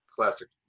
classic